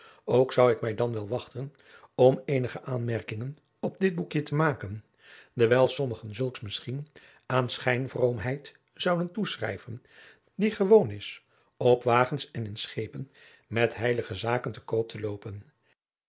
ook zou ik mij dan wel wachten om eenige aanmerkingen op dit boekje te maken dewijl sommigen zulks misschien aan schijnvroomheid zouden toeschrijven die gewoon is op wagens en in schepen met heilige zaken te koop te loopen